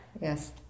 Yes